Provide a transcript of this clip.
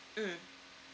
mm